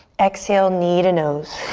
exhale, knee to nose.